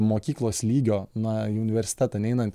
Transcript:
mokyklos lygio na į universitetą neinant